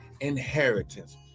inheritance